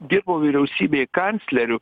dirbau vyriausybėj kancleriu